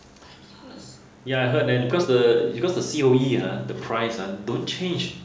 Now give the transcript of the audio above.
ya I heard that because the because the C_O_E ha the price ha don't change